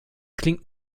klingt